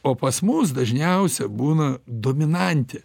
o pas mus dažniausia būna dominantė